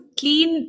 clean